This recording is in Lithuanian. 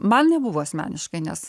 man nebuvo asmeniškai nes